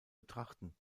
betrachten